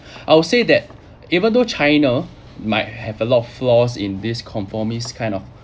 I would say that even though china might have a lot of flaws in this conformist kind of